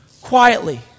quietly